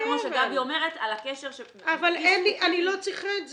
על הקשר --- אבל אני לא צריכה את זה,